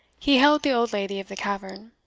he hailed the old lady of the cavern.